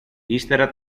ύστερα